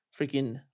freaking